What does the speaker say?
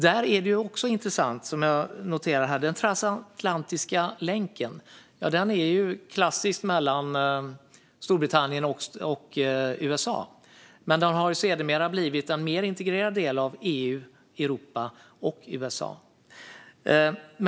Det är intressant att notera att den klassiska transatlantiska länken mellan Storbritannien och USA sedermera har blivit en mer integrerad del av EU, Europa och USA.